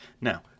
Now